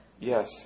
Yes